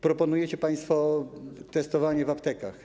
Proponujecie państwo testowanie w aptekach.